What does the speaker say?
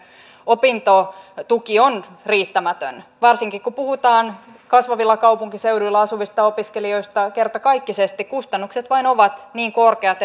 opintotuki on riittämätön varsinkin kun puhutaan kasvavilla kaupunkiseuduilla asuvista opiskelijoista niin kertakaikkisesti kustannukset vain ovat niin korkeat